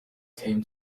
came